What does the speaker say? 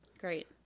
Great